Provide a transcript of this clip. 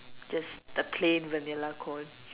just the plain Vanilla cone